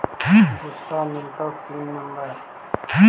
दुसरे मिलतै pin number?